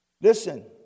Listen